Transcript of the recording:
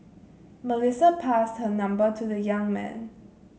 Melissa passed her number to the young man